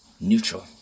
Neutral